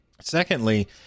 Secondly